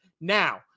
Now